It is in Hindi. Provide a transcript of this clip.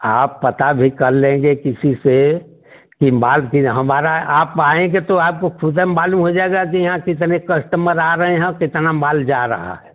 आप पता भी कर लेंगे किसी से की माल कि हमारा आप आएँगे तो आपको खुद मालूम हो जाएगा कि यहाँ कितने कस्टमर आ रहे हैं और कितना माल जा रहा है